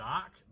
Dark